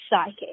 psychic